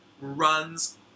runs